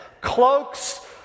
cloaks